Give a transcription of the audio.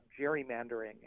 gerrymandering